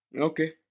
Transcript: Okay